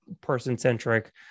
person-centric